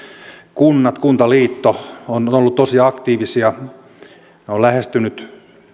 kunnat ja kuntaliitto ovat olleet tosi aktiivisia ne ovat lähestyneet